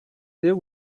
there